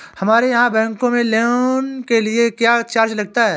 हमारे यहाँ बैंकों में लोन के लिए क्या चार्ज लगता है?